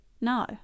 no